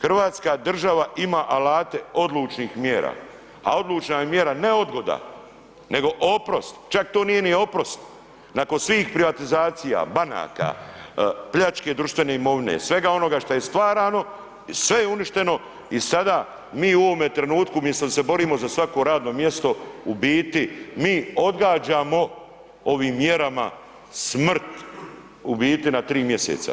Hrvatska država ima alate odlučnih mjera, a odlučna je mjera ne odgoda, nego oprost, čak to nije ni oprost, nakon svih privatizacija, banaka, pljačke društvene imovine, svega onoga šta je stvarano, sve je uništeno i sada mi u ovome trenutku umjesto da se borimo za svako radno mjesto, u biti mi odgađamo ovim mjerama smrt, u biti na 3 mjeseca.